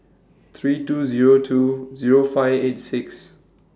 three two Zero two Zero five eight six